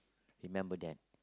remember then